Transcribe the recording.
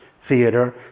theater